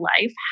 life